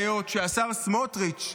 שהשר סמוטריץ',